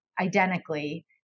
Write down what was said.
identically